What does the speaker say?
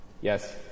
Yes